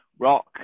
Rock